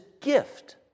gift